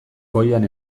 goian